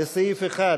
לסעיף 1,